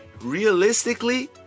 realistically